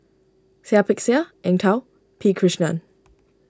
Seah Peck Seah Eng Tow P Krishnan